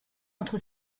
entre